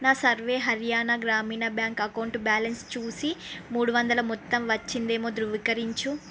నా Sarva Haryana Gramin bank account balance చూసి మూడు వందల మొత్తం వచ్చిందేమో ధృవీకరించు